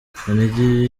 kinigi